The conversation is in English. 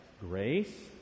grace